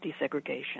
desegregation